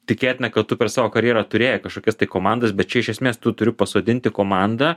tikėtina kad tu per savo karjerą turėjai kažkokias tai komandas bet čia iš esmės tu turi pasodinti komandą